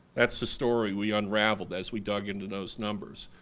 that's the story we unravelled as we dug into those numbers.